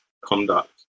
conduct